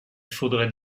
faudrait